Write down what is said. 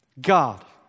God